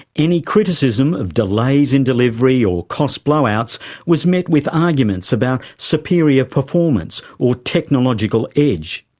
any criticism of delays in delivery or cost blow-outs was met with arguments about superior performance or technological edge.